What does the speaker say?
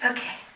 Okay